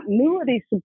continuity